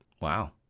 Wow